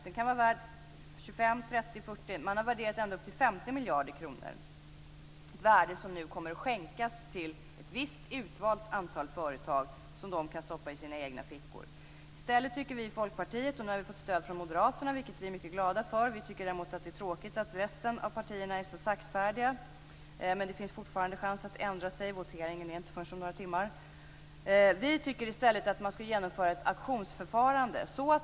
Den kan vara värd 25, 30, 40, ja, man har värderat den ända upp till 50 miljarder kronor, ett värde som nu kommer att skänkas till ett visst utvalt antal företag och som de kan stoppa i sina egna fickor. I stället tycker vi i Folkpartiet att man skulle genomföra ett auktionsförfarande. Nu har vi fått stöd från Moderaterna, vilket vi är mycket glada för. Vi tycker däremot att det är tråkigt att resten av partierna är så saktfärdiga. Men det finns fortfarande chans att ändra sig. Voteringen är inte förrän om några timmar.